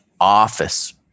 office